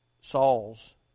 Saul's